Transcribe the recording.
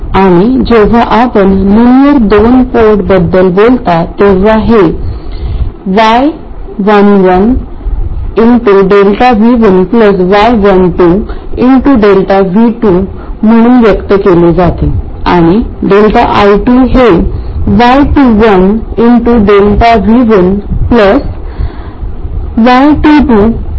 आणि जेव्हा आपण लिनिअर दोन पोर्टबद्दल बोलता तेव्हा हे y11 Δ V1 y12 ΔV2 म्हणून व्यक्त केले जाते आणि ΔI2 हे y21ΔV1 y22 ΔV2 आहे